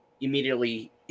immediately